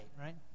right